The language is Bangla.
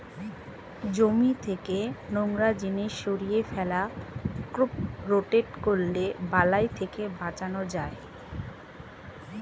জমি থেকে নোংরা জিনিস সরিয়ে ফেলা, ক্রপ রোটেট করলে বালাই থেকে বাঁচান যায়